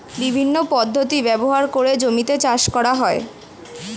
বিভিন্ন পদ্ধতি ব্যবহার করে জমিতে চাষ করা হয়